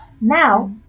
now